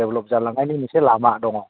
develop जालांनायनि मोनसे लामा दङ